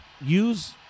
use